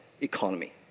economy